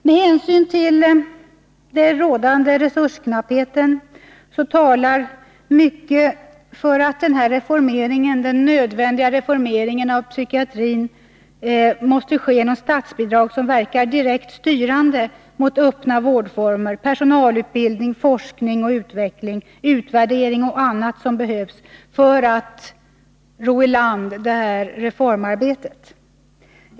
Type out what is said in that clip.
Med hänsyn till den rådande resursknappheten talar mycket för att den nödvändiga reformeringen av psykiatrin måste ske genom statsbidrag som verkar direkt styrande mot öppna vårdformer, personalutbildning, forskning och utveckling, utvärdering och annat som behövs för att ”ro i land” detta reformarbete.